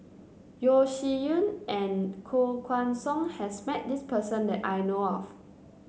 Yeo Shih Yun and Koh Guan Song has met this person that I know of